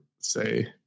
say